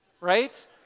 right